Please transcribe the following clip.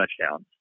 touchdowns